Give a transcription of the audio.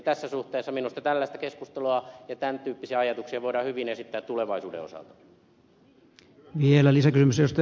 tässä suhteessa minusta tällaista keskustelua ja tämän tyyppisiä ajatuksia voidaan hyvin esittää tulevaisuuden osalta